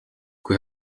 kui